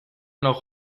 noch